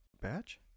batch